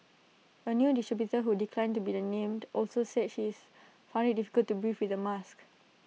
A new distributor who declined to be named also said she's found IT difficult to breathe with the mask